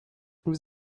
vous